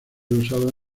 usados